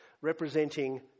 representing